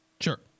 Sure